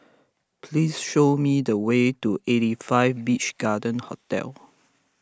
please show me the way to eighty five Beach Garden Hotel